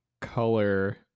color